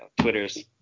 Twitter's